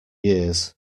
years